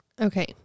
Okay